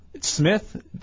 Smith